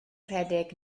rhedeg